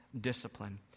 discipline